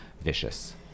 vicious